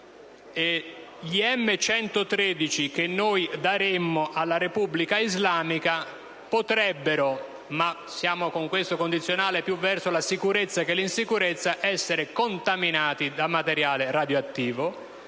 gli M113 che noi daremmo alla Repubblica islamica del Pakistan potrebbero (ma siamo, con questo condizionale, più verso la sicurezza che verso l'insicurezza) essere contaminati da materiale radioattivo